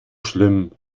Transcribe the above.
schlimm